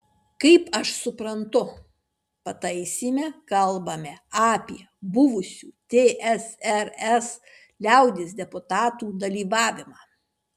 kaip aš suprantu pataisyme kalbame apie buvusių tsrs liaudies deputatų dalyvavimą